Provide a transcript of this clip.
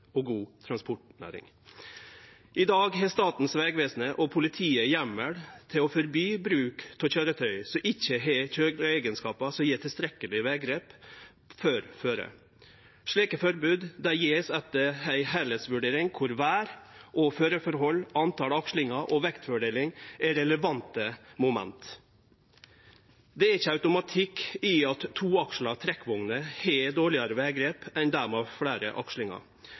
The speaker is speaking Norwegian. og god transportnæring. I dag har Statens vegvesen og politiet heimel til å forby bruk av køyretøy som ikkje har køyreeigenskapar som gjev tilstrekkeleg veggrep for føret. Slike forbod vert gjevne etter ei heilskapsvurdering, der vêr og føreforhold, antal akslingar og vektfordeling er relevante moment. Det er ikkje automatikk i at toaksla trekkvogner har dårlegare veggrep enn dei med fleire akslingar